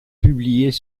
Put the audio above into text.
publiées